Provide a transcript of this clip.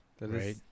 right